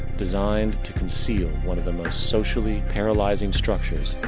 designed to conceal one of the most socially paralyzing structures,